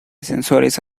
sensores